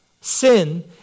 Sin